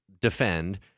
defend